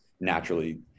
naturally